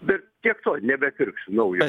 bet tiek to nebepirksiu naujo